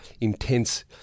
intense